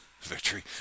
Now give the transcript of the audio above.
victory